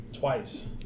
Twice